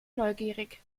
neugierig